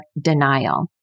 denial